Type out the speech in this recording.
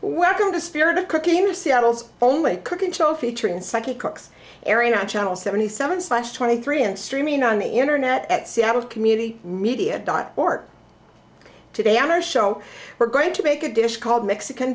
to the spirit of cooking seattle's only cooking show featuring psyche cooks airing on channel seventy seven slash twenty three and streaming on the internet at seattle community media dot org today on our show we're going to make a dish called mexican